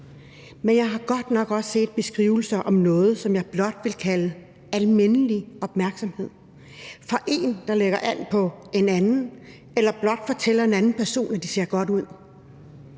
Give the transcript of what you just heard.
Men jeg har godt nok også set beskrivelser af noget, som jeg blot vil kalde almindelig opmærksomhed fra en, der lægger an på en anden, eller blot fortæller en anden person, at personen ser godt ud.